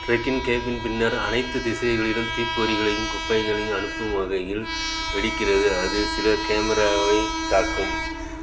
டிரக்கின் cabin பின்னர் அனைத்து திசைகளிலும் தீப்பொறிகளையும் குப்பைகளையும் அனுப்பும் வகையில் வெடிக்கிறது அது சில கேமராவை தாக்கும்